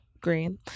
green